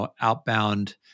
outbound